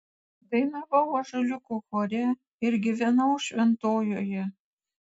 dainavau ąžuoliuko chore ir gyvenau šventojoje